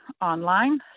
online